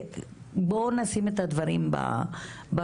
בואו נשים את הדברים בפרופורציה.